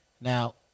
Now